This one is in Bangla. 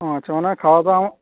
ও আচ্ছা মানে খাওয়া দাওয়া